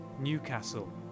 Newcastle